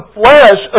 flesh